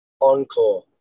Encore